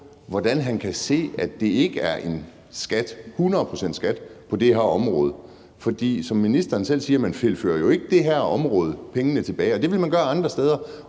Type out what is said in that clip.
hvordan han kan se, at det ikke er en skat – hundrede procent skat – på det her område. For som ministeren selv siger: Man fører jo ikke på det her område pengene tilbage. Det ville man gøre andre steder,